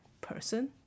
person